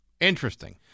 Interesting